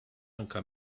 anke